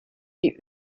die